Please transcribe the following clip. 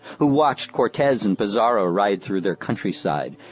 who watched cortes and pizarro ride through their countryside,